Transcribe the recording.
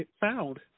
found